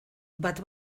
bat